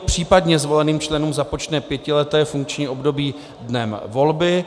Případně zvoleným členům započne pětileté funkční období dnem volby.